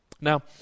Now